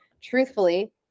Truthfully